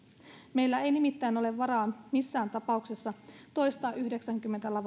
meillä ei nimittäin ole varaa missään tapauksessa toistaa yhdeksänkymmentä